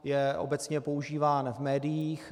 Je obecně používán v médiích.